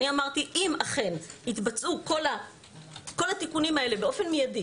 אמרתי שאם אכן יתבצעו כל התיקונים האלה באופן מיידי